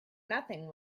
nothing